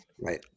right